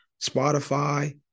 Spotify